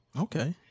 okay